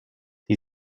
sie